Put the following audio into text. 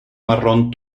marrón